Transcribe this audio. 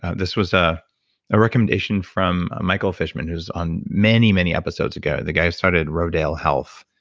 ah this was ah a recommendation from michael fishman, who was on many, many episodes ago, the guy who started rodale health,